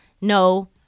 no